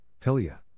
Pilia